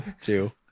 Two